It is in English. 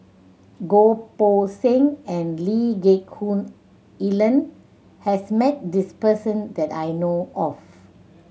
Goh Poh Seng and Lee Geck Hoon Ellen has met this person that I know of